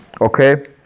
Okay